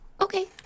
Okay